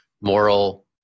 moral